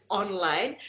online